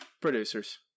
Producers